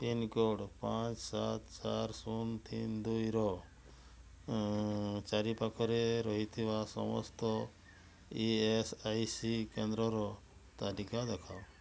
pincode ପାଞ୍ଚ ସାତ ଚାରି ଶୂନ ତିନି ଦୁଇର ଚାରିପାଖରେ ରହିଥିବା ସମସ୍ତ ଇ ଏସ୍ ଆଇ ସି କେନ୍ଦ୍ରର ତାଲିକା ଦେଖାଅ